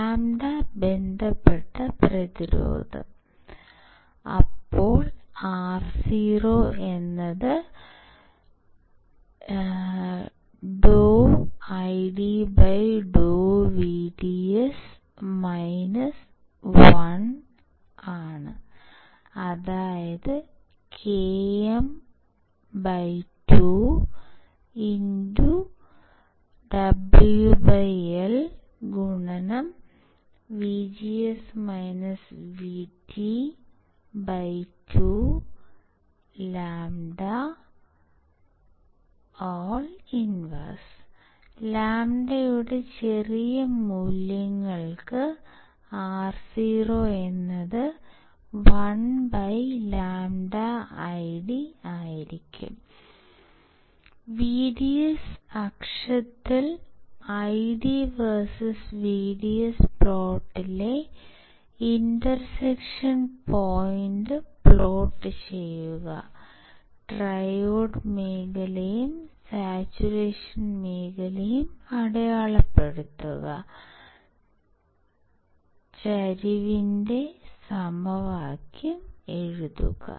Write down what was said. λ ബന്ധപ്പെട്ട പ്രതിരോധം ro ∂ID∂VDS 1 kn2WL2λ 1 λ യുടെ ചെറിയ മൂല്യങ്ങൾക്ക് ro 1λID VDS അക്ഷത്തിൽ ID വേഴ്സസ് VDS പ്ലോട്ടിലെ ഇന്റർസെക്ഷൻ പോയിന്റ് പ്ലോട്ട് ചെയ്യുക ട്രയോഡ് മേഖലയും സാച്ചുറേഷൻ മേഖലയും അടയാളപ്പെടുത്തുക ചരിവിന്റെ സമവാക്യം എഴുതുക